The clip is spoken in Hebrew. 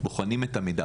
ובוחנים את המידע.